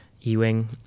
Ewing